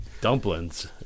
dumplings